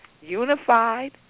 unified